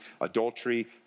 adultery